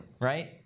right